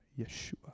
Yeshua